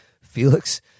Felix